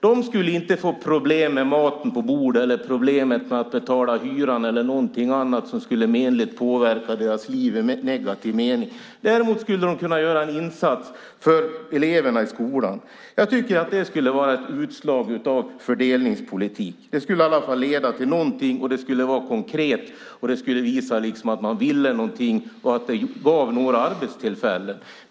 De skulle inte få problem med maten på bordet, att betala hyran eller någonting annat som skulle menligt påverka deras liv i negativ mening. De skulle kunna göra en insats för eleverna i skolan. Det skulle kunna vara ett utslag av fördelningspolitik. Det skulle leda till någonting, och det skulle vara konkret. Man skulle visa att man ville någonting, och det skulle ge några arbetstillfällen.